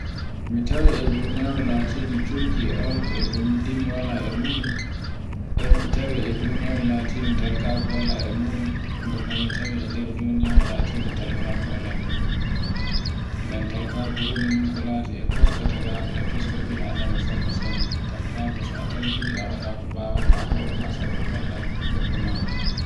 mi tawi e duniyaaru latunde curki e auluko nyiddini e muɗum, e mi tawe e duniyaaru latindu talkako wala e muɗum, gonda mi tawe e nder duniyaaru talkakawo e taska tagaɗo, e toska ɓi Adama sanne-sanne talkaku so a salkini a wala ko mbawanda hore ma ko mballa goɗɗo maɗa.